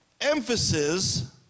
emphasis